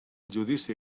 judici